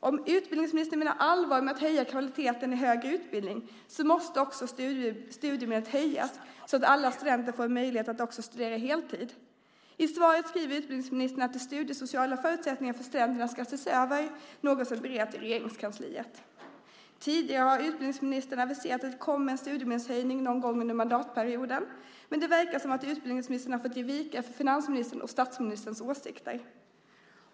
Om utbildningsministern menar allvar med att höja kvaliteten i högre utbildning måste också studiemedlet höjas så att alla studenter får en möjlighet att också studera heltid. I svaret skriver utbildningsministern att de studiesociala förutsättningarna för studenterna ska ses över, något som bereds i Regeringskansliet. Tidigare har utbildningsministern aviserat att det kommer en studiemedelshöjning någon gång under mandatperioden. Men det verkar som att utbildningsministern har fått ge vika för finansministerns och statsministerns åsikter.